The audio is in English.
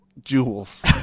jewels